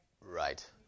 Right